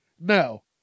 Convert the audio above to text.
No